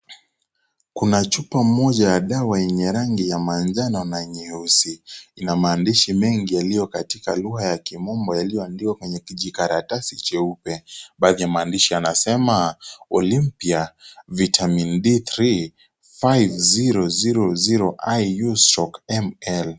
Kuna chupa moja ya dawa yenye rangi ya manjano na nyeusi, ina maandishi mingi iliyo na yaliyokuwa katika lugha ya kimombo yaliyoandikwa kwenye kijikaratasi jeupe baadhi ya maandishi yanesema, Olimpia vitamin B3 5000 IU/ML.